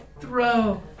throw